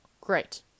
great